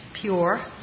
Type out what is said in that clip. pure